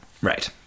Right